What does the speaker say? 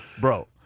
Bro